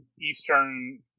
Eastern